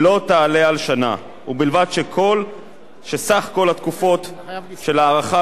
ובלבד שסך כל התקופות של ההארכה לא יעלו על שלוש שנים נוספות.